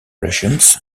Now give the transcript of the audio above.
relations